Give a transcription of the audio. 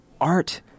art